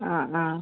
അ അ